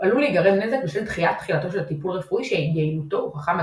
עלול להיגרם נזק בשל דחיית תחילתו של טיפול רפואי שיעילותו הוכחה מדעית.